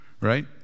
right